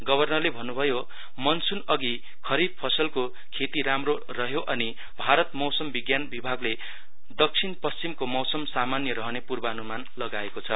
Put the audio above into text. गवर्नरले भन्नुभयो मनसुन अघि खरिफ फसलको खेति राम्रो रह्यो अनि भारत मौसमविज्ञान विभागले दक्षिण पश्चिमको मौसम सामान्य रहने पूर्वानुमान लगाएको छ